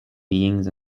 beings